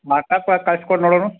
ಮತ್ತಪ್ಪ ಕಳ್ಸ್ಕೊಡು ನೋಡೂನು